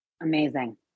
amazing